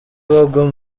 bagwa